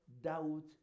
Doubt